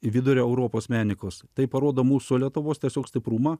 vidurio europos menikus tai parodo mūsų lietuvos tiesiog stiprumą